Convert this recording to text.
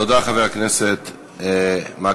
תודה, חבר הכנסת מקלב.